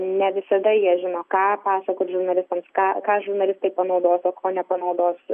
ne visada jie žino ką pasakot žurnalistams ką ką žurnalistai panaudos o ko nepanaudos